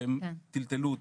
שהם טלטלו אותי.